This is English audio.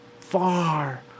far